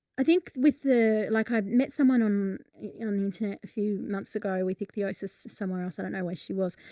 i think with the, like i met someone on yeah on the internet a few months ago, with ichthyosis somewhere else. i don't know where she was,